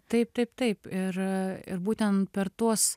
taip taip taip ir ir būtent per tuos